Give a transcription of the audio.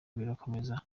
birakomeza